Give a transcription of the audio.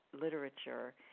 literature